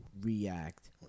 react